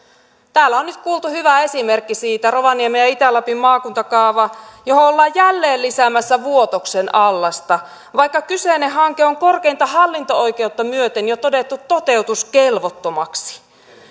täällä on nyt kuultu hyvä esimerkki siitä rovaniemen ja itä lapin maakuntakaava johon ollaan jälleen lisäämässä vuotoksen allasta vaikka kyseinen hanke on korkeinta hallinto oikeutta myöten jo todettu toteutuskelvottomaksi